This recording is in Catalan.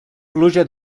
pluja